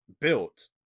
built